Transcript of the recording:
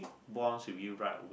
bonds with you right